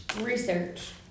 Research